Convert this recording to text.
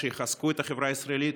שיחזקו את החברה הישראלית,